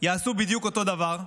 יעשו בדיוק אותו דבר.